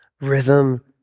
rhythm